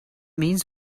means